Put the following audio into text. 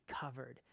covered